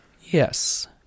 yes